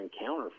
encounter